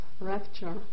rapture